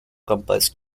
compress